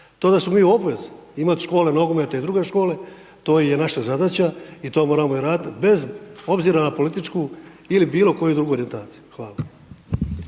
To da smo mi u obvezi imati škole nogometa i druge škole, to je naša zadaća i to moramo i raditi bez obzira na političku ili bilo koju drugu orijentaciju. Hvala.